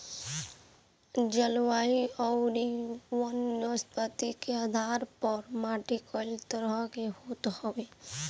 जलवायु अउरी वनस्पति के आधार पअ माटी कई तरह के होत हवे